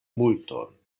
multon